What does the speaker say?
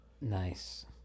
Nice